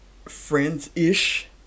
friends-ish